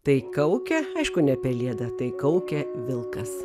tai kaukia aišku ne pelėda tai kaukia vilkas